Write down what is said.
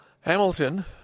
Hamilton